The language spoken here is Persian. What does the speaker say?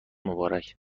مبارک